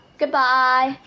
Goodbye